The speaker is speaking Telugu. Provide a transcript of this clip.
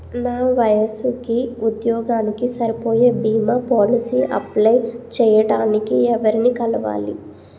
నా వయసుకి, ఉద్యోగానికి సరిపోయే భీమా పోలసీ అప్లయ్ చేయటానికి ఎవరిని కలవాలి?